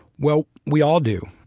well, we all do.